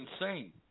insane